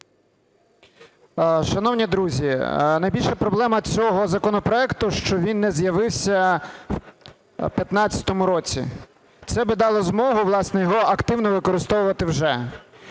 Шановні друзі! Найбільша проблема цього законопроекту, що він не з'явився в 15-му році. Це би дало змогу, власне, його активно використовувати вже.